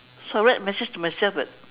so I write a message to myself that